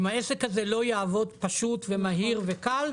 אם העסק הזה לא יעבוד פשוט ומהיר וקל,